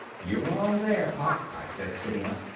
you're wrong there, pop, i said, sitting up.